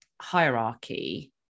hierarchy